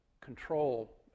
control